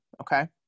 okay